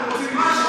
הממשלה,